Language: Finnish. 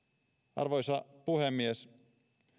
arvoisa puhemies